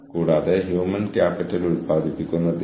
അതിനാൽ എന്നെ ബന്ധപ്പെടാൻ മടിക്കേണ്ടതില്ല